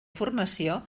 formació